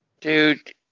Dude